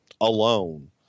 alone